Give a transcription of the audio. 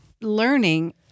learning